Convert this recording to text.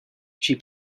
she